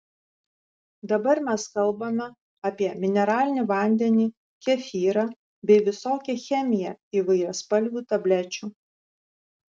dabar mes kalbame apie mineralinį vandenį kefyrą bei visokią chemiją įvairiaspalvių tablečių